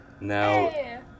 Now